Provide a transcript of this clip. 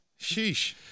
Sheesh